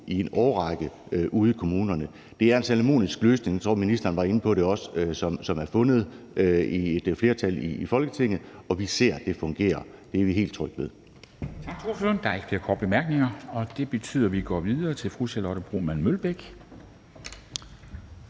i en årrække ude i kommunerne. Det er en salomonisk løsning – jeg tror, ministeren også var inde på det – som er fundet af et flertal i Folketinget, og vi ser, at det fungerer. Det er vi helt trygge ved.